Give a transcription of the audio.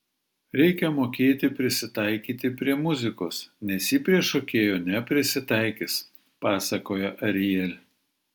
reikia mokėti prisitaikyti prie muzikos nes ji prie šokėjo neprisitaikys pasakoja ariel